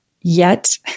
yet-